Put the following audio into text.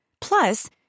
Plus